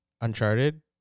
Uncharted